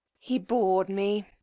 he bored me.